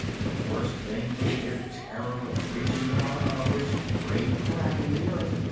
the worst thing was their terror of reaching the bottom of this great crack in the earth,